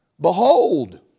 Behold